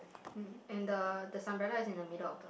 um and the the umbrella is in the middle of the